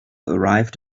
arrive